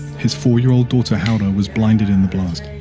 his four year old daughter hawra was blinded in the blast.